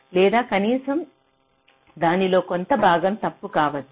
లేదా కనీసం దానిలో కొంత భాగం తప్పు కావచ్చు